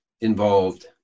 involved